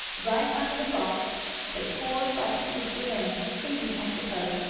right under the box the poor, frightened creature ran, thinking, i suppose,